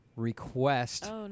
request